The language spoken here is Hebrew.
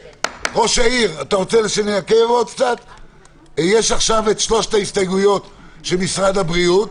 יש עכשיו שלוש הסתייגויות של משרד הבריאות,